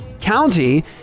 county